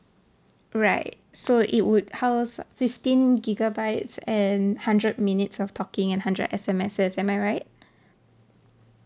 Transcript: right so it would house fifteen gigabytes and hundred minutes of talking and hundred S_M_Ses am I right